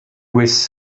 was